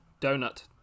Donut